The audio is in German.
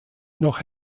noch